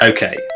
Okay